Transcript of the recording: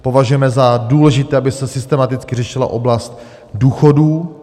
Považujeme za důležité, aby se systematicky řešila oblast důchodů.